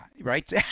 right